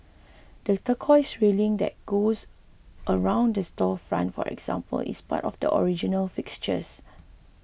the turquoise railing that goes around the storefront for example is part of the original fixtures